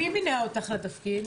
מי מינה אותך לתפקיד?